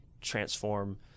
transform